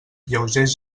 lleugers